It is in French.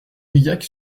briac